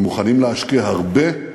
ומוכנים להשקיע הרבה,